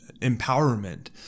empowerment